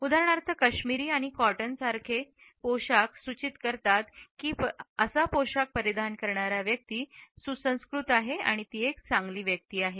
उदाहरणार्थकश्मीरी आणि कॉटन पोशाख सूचित करतात की परिधान करणारा सुसंस्कृत आहे आणि एक चांगली व्यक्ती आहे